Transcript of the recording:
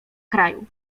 kraju